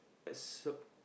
that's suck